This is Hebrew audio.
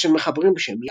אלא של מחברים בשם "יעקב".